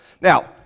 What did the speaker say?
Now